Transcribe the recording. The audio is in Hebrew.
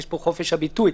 חופש הביטוי.